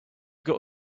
got